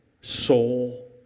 soul